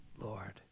Lord